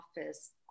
office